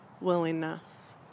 willingness